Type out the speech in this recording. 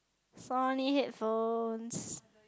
Sony headphones